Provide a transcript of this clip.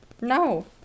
No